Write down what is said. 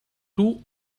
two